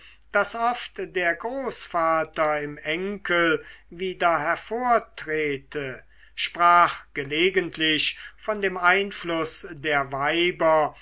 daß oft der großvater im enkel wieder hervortrete sprach gelegentlich von dem einfluß der weiber